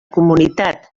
comunitat